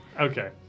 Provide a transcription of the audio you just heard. Okay